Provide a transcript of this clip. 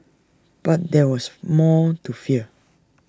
but there was more to fear